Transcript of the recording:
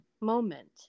moment